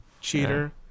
cheater